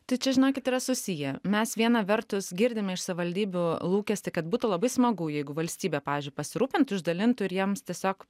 tai čia žinokit yra susiję mes viena vertus girdime iš savivaldybių lūkestį kad būtų labai smagu jeigu valstybė pavyzdžiui pasirūpintų išdalintų ir jiems tiesiog